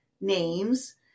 names